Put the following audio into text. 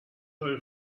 های